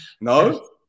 no